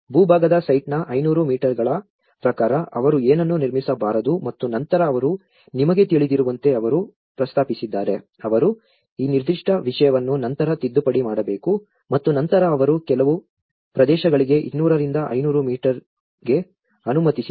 ಭೂಭಾಗದ ಸೈಟ್ನ 500 ಮೀಟರ್ಗಳ ಪ್ರಕಾರ ಅವರು ಏನನ್ನೂ ನಿರ್ಮಿಸಬಾರದು ಮತ್ತು ನಂತರ ಅವರು ನಿಮಗೆ ತಿಳಿದಿರುವಂತೆ ಅವರು ಪ್ರಸ್ತಾಪಿಸಿದ್ದಾರೆ ಅವರು ಈ ನಿರ್ದಿಷ್ಟ ವಿಷಯವನ್ನು ನಂತರ ತಿದ್ದುಪಡಿ ಮಾಡಬೇಕು ಮತ್ತು ನಂತರ ಅವರು ಕೆಲವು ಪ್ರದೇಶಗಳಿಗೆ 200 ರಿಂದ 500 ಮೀಟರ್ಗೆ ಅನುಮತಿಸಿದರು